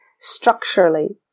structurally